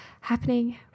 happening